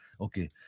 Okay